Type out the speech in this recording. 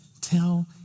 tell